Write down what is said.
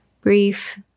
brief